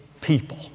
people